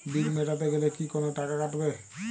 বিল মেটাতে গেলে কি কোনো টাকা কাটাবে?